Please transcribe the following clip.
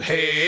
Hey